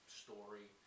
story